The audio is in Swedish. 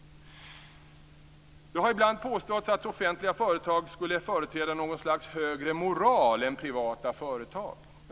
Det har ibland påståtts att offentliga företag skulle företräda något slags högre moral än privata företag.